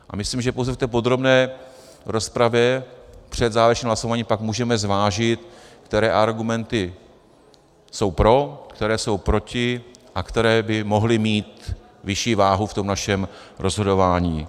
A myslím, že pouze v podrobné rozpravě před zahájením hlasování pak můžeme zvážit, které argumenty jsou pro, které jsou proti a které by mohly mít vyšší váhu v našem rozhodování.